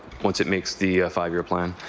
once it makes the five-year plan.